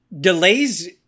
delays